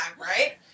right